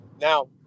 Now